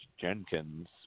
Jenkins